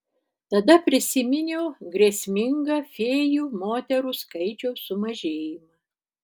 tada prisiminiau grėsmingą fėjų moterų skaičiaus sumažėjimą